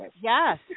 Yes